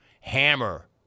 hammer